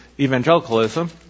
evangelicalism